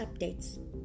updates